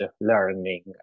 learning